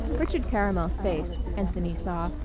richard caramel's face, anthony saw,